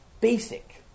basic